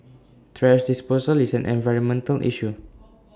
thrash disposal is an environmental issue